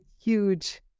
huge